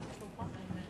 תקבל את חצי הדקה בחזרה.